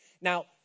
Now